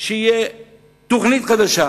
שתהיה תוכנית חדשה.